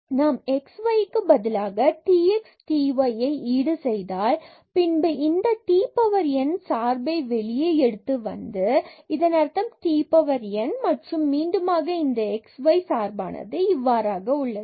நாம் x and yக்கு பதிலாக t x and t yஐ ஈடு செய்தால் பின்பு இந்த t power n சார்பில் வெளியே எடுத்து வந்து இதன் அர்த்தம் t power n மற்றும் மீண்டுமாக இந்த x y சார்பானது இவ்வாறாக உள்ளது